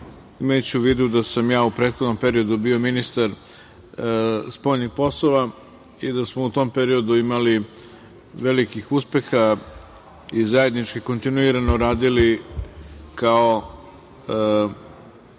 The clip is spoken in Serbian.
imajući u vidu da sam ja u prethodnom periodu bio ministar spoljnih poslova i da smo u tom periodu imali velikih uspeha i zajednički kontinuirano radili kao